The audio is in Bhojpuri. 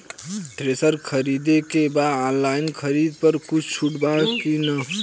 थ्रेसर खरीदे के बा ऑनलाइन खरीद पर कुछ छूट बा कि न?